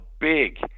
big